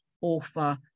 author